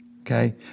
Okay